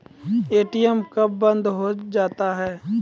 ATM कब बंद हो जाता हैं?